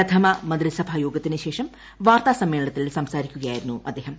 പ്രഥമ മന്ത്രിസഭാ യോഗത്തിനുശേഷം വാർത്താ സമ്മേളനത്തിൽ സംസാരിക്കുകയായിരുന്നു അദ്ദേഹം